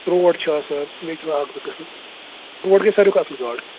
trout چھِ آسان بیٚیہِ چھِ آسان اَکھ زٕ قٕسٕم ترٛوٹ گےٚ ساروے کھۄتہ اَصل گاڈ